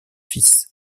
fils